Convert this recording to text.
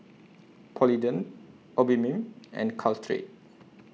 Polident Obimin and Caltrate